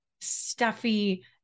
stuffy